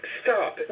stop